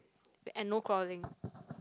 and no quarreling